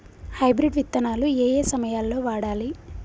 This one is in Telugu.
హైబ్రిడ్ విత్తనాలు ఏయే సమయాల్లో వాడాలి?